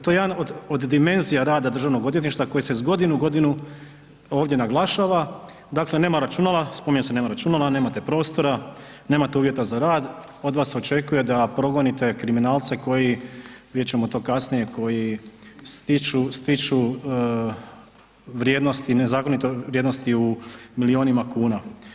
To je jedan od dimenzija rada DORH-a koji se iz godine u godinu ovdje naglašava, dakle nema računala, spominje se nema računala, nemate prostora, nemate uvjeta za rad od vas se očekuje da progonite kriminalce koji vidjet ćemo to kasnije koji stiču vrijednosti, nezakonito vrijednosti u milijunima kuna.